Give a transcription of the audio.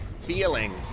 feeling